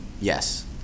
yes